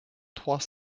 trois